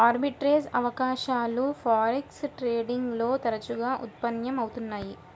arbitrage అవకాశాలు forex trading లో తరచుగా ఉత్పన్నం అవుతున్నయ్యి